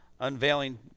Unveiling